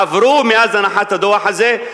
עברו מאז הנחת הדוח הזה,